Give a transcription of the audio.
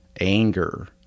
anger